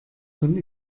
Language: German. von